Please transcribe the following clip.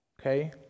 okay